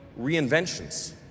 reinventions